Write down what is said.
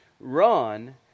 Run